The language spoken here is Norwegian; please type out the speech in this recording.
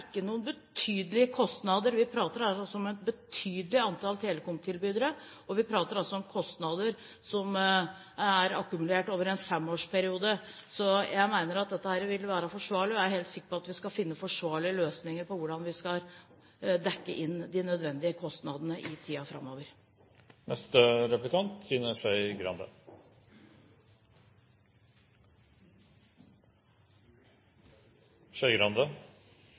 noen betydelige kostnader. Vi prater her om et betydelig antall telekomtilbydere og om kostnader som er akkumulert over en femårsperiode. Jeg mener at dette vil være forsvarlig, og jeg er helt sikker på at vi skal finne forsvarlige løsninger på hvordan vi skal dekke inn de nødvendige kostnadene i tiden framover.